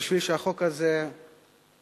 כדי שהחוק הזה יקודם